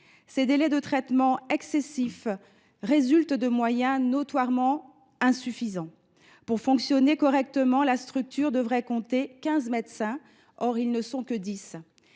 Ces délais de traitement excessifs résultent de moyens notoirement insuffisants. Pour fonctionner correctement, la structure devrait compter quinze médecins ; or ils ne sont que